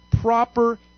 proper